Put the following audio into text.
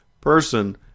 person